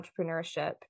entrepreneurship